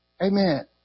Amen